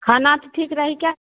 खाना तऽ ठीक रहै हीकै